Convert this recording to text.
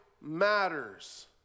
matters